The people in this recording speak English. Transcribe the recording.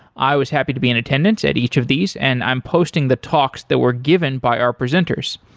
i was happy to be in attendance at each of these, and i'm posting the talks that were given by our presenters.